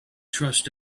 trust